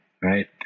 right